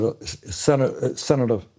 Senator